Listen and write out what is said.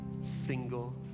single